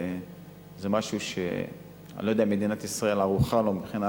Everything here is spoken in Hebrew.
זה משהו שאני לא יודע אם מדינת ישראל ערוכה לו מבחינה